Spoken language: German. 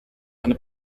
eine